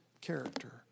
character